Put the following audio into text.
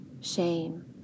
shame